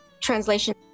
translation